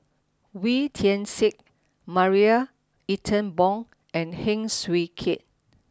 Wee Tian Siak Marie Ethel Bong and Heng Swee Keat